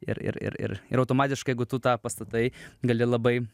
ir ir ir ir ir automatiškai jeigu tu tą pastatai gali labai